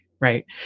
Right